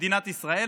במדינת ישראל,